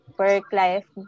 work-life